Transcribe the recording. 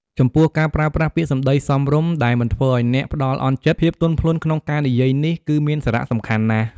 ចំំពោះការប្រើប្រាស់ពាក្យសម្តីសមរម្យដែលមិនធ្វើឲ្យអ្នកផ្តល់អន់ចិត្ត ភាពទន់ភ្លន់ក្នុងការនិយាយនេះ គឺមានសារៈសំខាន់ណាស់។